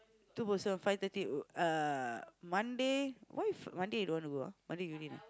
two person five thirty uh Monday why Monday you don't wanna go ah